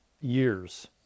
years